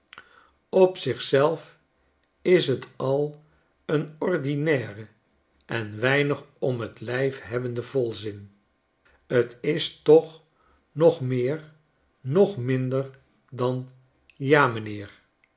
op zich zelf is t al een ordinaire en weinig om tlijf hebbende volzin tis toch noch meer noch minder dan ja m'nheer